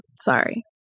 sorry